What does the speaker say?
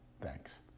Thanks